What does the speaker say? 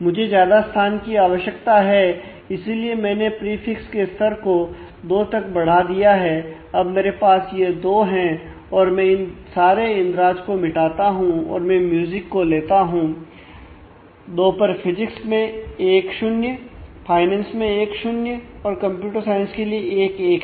मुझे ज्यादा स्थान की आवश्यकता है इसीलिए मैंने प्रीफिक्स के स्तर को 2 तक बढ़ा दिया है अब मेरे पास यह दो है और मैं इन सारे इंद्राज को मिटाता हूं और मैं म्यूजिक को लेता हूं 2 पर फिजिक्स में 1 0 फाइनेंस में 1 0 और कंप्यूटर साइंस के लिए 1 1 है